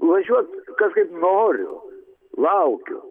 važiuot kaip noriu laukiu